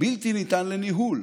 בלתי ניתן לניהול.